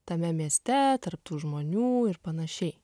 tame mieste tarp tų žmonių ir panašiai